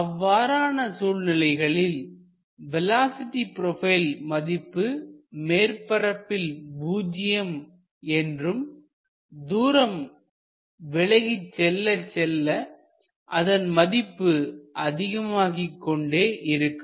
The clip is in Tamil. அவ்வாறான சூழ்நிலைகளில்வேலோஸிட்டி ப்ரொபைல் மதிப்பு மேற்பரப்பில் பூஜ்ஜியம் என்றும்தூரம் விலகிச் செல்லச் செல்ல அதன் மதிப்பு அதிகமாகிக் கொண்டே இருக்கும்